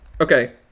Okay